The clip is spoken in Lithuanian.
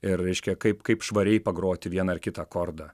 ir reiškia kaip kaip švariai pagroti vieną ar kitą akordą